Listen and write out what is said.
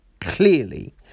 clearly